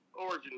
origin